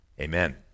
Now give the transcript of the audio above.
Amen